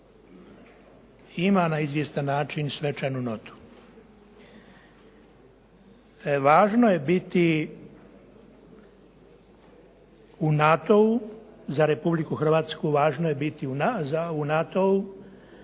ima na izvjestan način svečanu notu. Važno je biti u NATO-u za Republiku Hrvatsku važno je biti u NATO-u